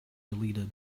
deleted